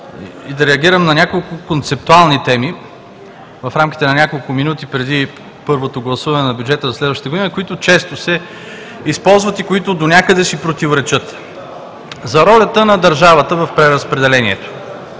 и да реагирам на няколко концептуални теми в рамките на няколко минути преди първото гласуване на бюджета за следващата година, които често се използват и които донякъде си противоречат. За ролята на държавата в преразпределението.